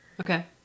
Okay